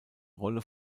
rolle